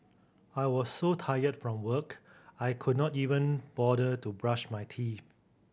I was so tired from work I could not even bother to brush my teeth